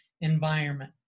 environment